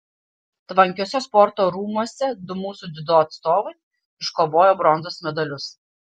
tvankiuose sporto rūmuose du mūsų dziudo atstovai iškovojo bronzos medalius